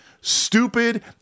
stupid